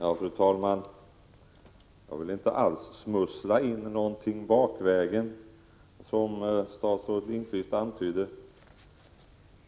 Fru talman! Jag vill inte alls smussla in någonting bakvägen, som statsrådet Lindqvist sade.